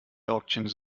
auctions